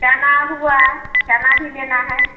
चना हुआ चना भी लेना है